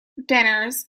dinners